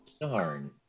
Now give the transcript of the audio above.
darn